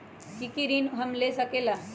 की की ऋण हम ले सकेला?